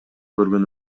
көргөн